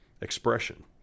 expression